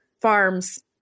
farms